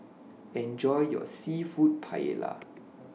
Enjoy your Seafood Paella